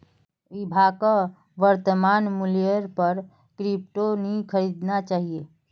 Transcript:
विभाक वर्तमान मूल्येर पर क्रिप्टो नी खरीदना चाहिए